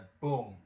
Boom